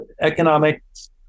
economics